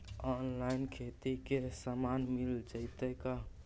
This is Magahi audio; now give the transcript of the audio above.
औनलाइन खेती के सामान मिल जैतै का?